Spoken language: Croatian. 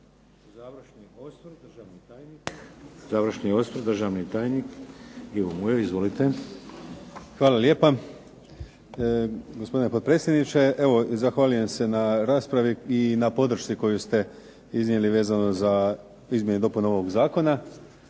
završni osvrt državni tajnik Ivo Mujo. Izvolite. **Mujo, Ivo** Hvala lijepa. Gospodine potpredsjedniče, evo zahvaljujem se na raspravi i na podršci koju ste iznijeli vezano za izmjenu i dopunu ovog zakona.